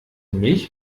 mich